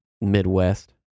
midwest